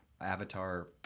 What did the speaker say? Avatar